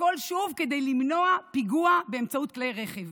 הכול כדי למנוע פיגוע באמצעות כלי רכב.